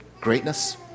greatness